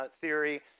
theory